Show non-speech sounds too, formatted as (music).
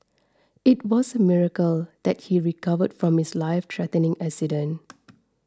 it was a miracle that he recovered from his lifethreatening accident (noise)